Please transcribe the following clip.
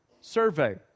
survey